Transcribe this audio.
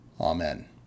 Amen